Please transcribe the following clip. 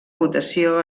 votació